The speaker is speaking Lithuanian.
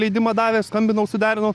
leidimą davė skambinau suderinau